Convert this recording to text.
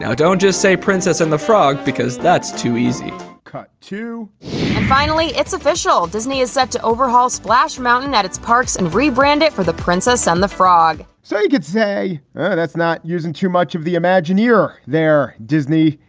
and don't just say princess and the frog, because that's too easy cut, too finally, it's official. disney is set to overhaul splash mountain at its parks and rebrand it for the princess and the frog so you could say that's not using too much of the imagineer, they're disney.